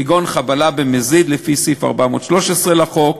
כגון חבלה במזיד לפי סעיף 413 לחוק,